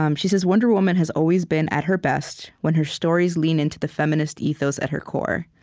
um she says, wonder woman has always been at her best when her stories lean into the feminist ethos at her core.